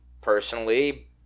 personally